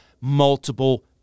multiple